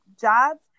Jobs